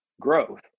growth